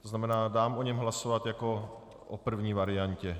To znamená, dám o něm hlasovat jako o první variantě.